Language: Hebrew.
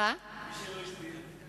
מי שלא הסדיר?